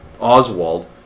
Oswald